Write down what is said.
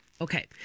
Okay